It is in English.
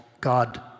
God